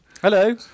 Hello